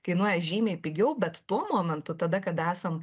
kainuoja žymiai pigiau bet tuo momentu tada kada esam